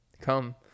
come